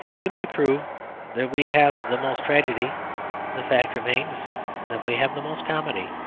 you may prove that we have the most tragedy the fact remains that we have the most comedy,